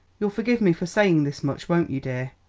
you'll forgive me for saying this much, won't you, dear?